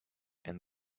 and